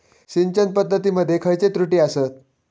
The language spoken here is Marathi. सिंचन पद्धती मध्ये खयचे त्रुटी आसत?